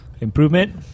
improvement